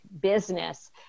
business